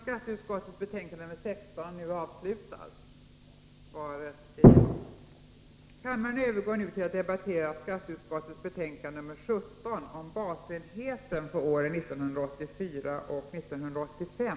Kammaren övergår nu till att debattera skatteutskottets betänkande 17 om basenheten för åren 1984 och 1985.